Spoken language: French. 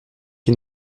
qui